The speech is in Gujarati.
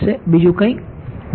બીજું કંઈ